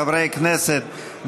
חברי הכנסת,